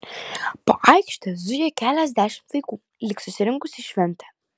po aikštę zujo keliasdešimt vaikų lyg susirinkusių į šventę